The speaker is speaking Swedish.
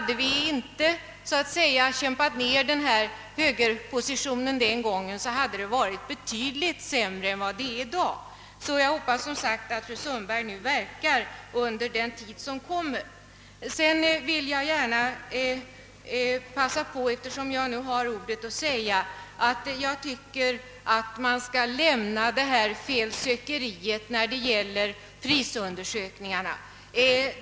Om vi då inte hade kämpat ned högern, hade läget varit betydligt sämre i dag. Jag hoppas därför att fru Sundberg framdeles kommer att verka i den riktning som vi vill gå. Sedan tycker jag också att man skall sluta med felsökeriet när det gäller prisundersökningarna.